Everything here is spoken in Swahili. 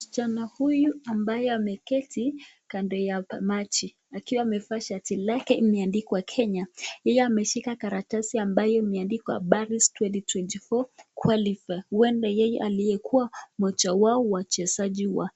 Msichana huyu ambaye ameketi kando ya maji akiwa amevaa shati lake imeandikwa Kenya, yeye ameshika karatasi ambayo imeandikwa Paris twenty twenty four qualifer huenda yeye aliyekua mmoja wao wa wachezaji wa